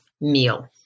meal